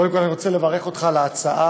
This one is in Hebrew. קודם כול, אני רוצה לברך אותך על ההצעה.